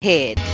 Head